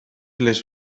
les